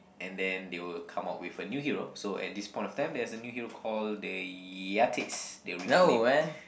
and then they will come out with a new hero so at this point of time there's a new hero called the Yates they reclaim